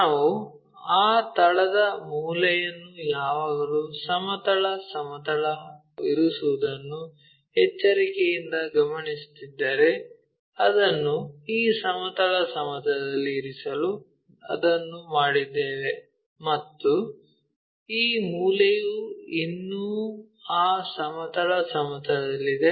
ನಾವು ಆ ತಳದ ಮೂಲೆಯನ್ನು ಯಾವಾಗಲೂ ಸಮತಲ ಸಮತಲದಲ್ಲಿ ಇರಿಸುವುದನ್ನು ಎಚ್ಚರಿಕೆಯಿಂದ ಗಮನಿಸುತ್ತಿದ್ದರೆ ಅದನ್ನು ಈ ಸಮತಲ ಸಮತಲದಲ್ಲಿ ಇರಿಸಲು ಅದನ್ನು ಮಾಡಿದ್ದೇವೆ ಮತ್ತು ಈ ಮೂಲೆಯು ಇನ್ನೂ ಆ ಸಮತಲ ಸಮತಲದಲ್ಲಿದೆ